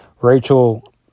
Rachel